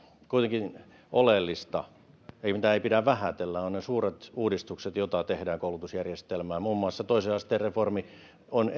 kuitenkin oleellista ja mitä ei pidä vähätellä ovat ne suuret uudistukset joita tehdään koulutusjärjestelmään muun muassa toisen asteen reformi on